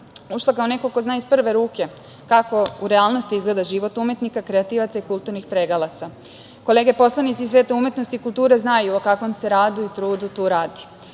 ušla, kao neko ko zna iz prve ruke, kako u realnosti izgleda život umetnika, kreativaca i kulturnih pregalaca. Kolege poslanici iz sveta umetnosti i kulture, znaju o kakvom se radu i trudu tu radi.